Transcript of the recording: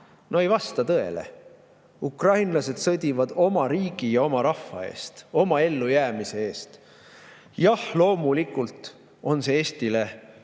No ei vasta see tõele. Ukrainlased sõdivad oma riigi ja oma rahva eest, oma ellujäämise eest. Jah, loomulikult on see Eestile